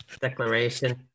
declaration